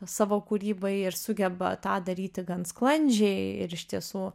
savo kūrybai ir sugeba tą daryti gan sklandžiai ir iš tiesų